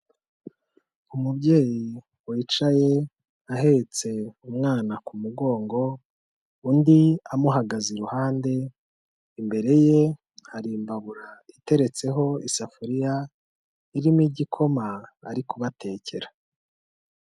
Umubyeyi wicaye ahetse umwana ku mugongo, undi amuhagaze iruhande, imbere ye, hari imbabura iteretseho isafuriya irimo igikoma ari kubatekera.